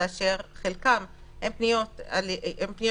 כאשר חלקן הן פניות ישירות,